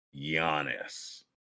Giannis